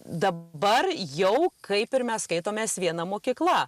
dabar jau kaip ir mes skaitomės viena mokykla